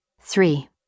Three